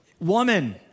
woman